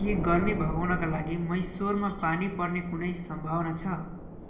के गर्मी भगाउनका लागि मैसोरमा पानी पर्ने कुनै सम्भावना छ